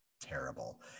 terrible